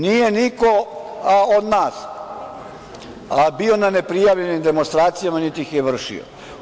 Nije niko od nas bio na neprijavljenim demonstracijama, niti ih je vršio.